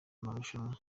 amarushanwa